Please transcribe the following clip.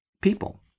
people